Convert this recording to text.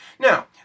Now